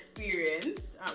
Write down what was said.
experience